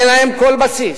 אין להם כל בסיס.